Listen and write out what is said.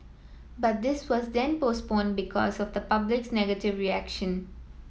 but this was then postponed because of the public's negative reaction